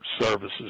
services